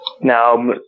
now